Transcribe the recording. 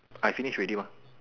I finish already mah